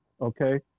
okay